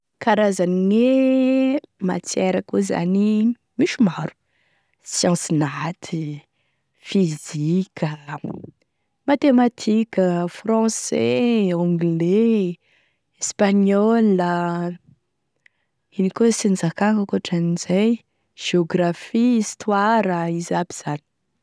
Karazany gne matière koa zany, misy maro: science naty, physique a, mathématiques, français, anglais, espagnol, ino koa e tsy nozakagna ankoatran'izay, géographie, histoire, izy aby zany.